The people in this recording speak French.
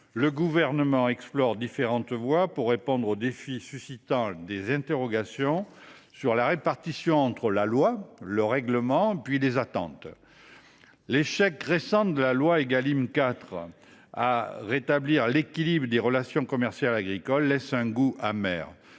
Le Gouvernement explore différentes voies pour répondre aux défis, suscitant des interrogations sur la répartition entre la loi, le réglementaire et les annonces. L’échec récent de la loi Égalim 4 à rétablir l’équilibre des relations commerciales agricoles laisse un goût amer.